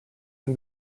can